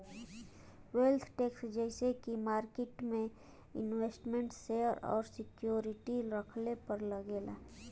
wealth tax जइसे की market में इन्वेस्टमेन्ट शेयर और सिक्योरिटी रखले पर लगेला